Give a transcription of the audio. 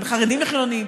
בין חרדים לחילונים,